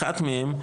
אחד מהם,